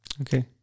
Okay